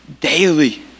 daily